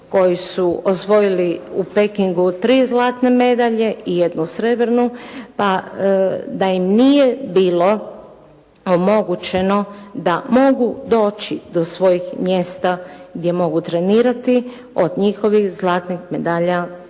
koji su osvojili u Pekingu 3 zlatne medalje i jednu srebrnu pa da im nije bilo omogućeno da mogu doći do svojih mjesta gdje mogu trenirati od njihovih zlatnih medalja